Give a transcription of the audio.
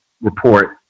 report